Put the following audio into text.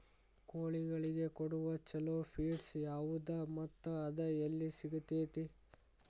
ಕೋಳಿಗಳಿಗೆ ಕೊಡುವ ಛಲೋ ಪಿಡ್ಸ್ ಯಾವದ ಮತ್ತ ಅದ ಎಲ್ಲಿ ಸಿಗತೇತಿ?